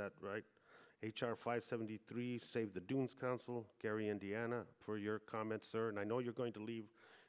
that right h r five seventy three save the dunes council gary indiana for your comments sir and i know you're going to leave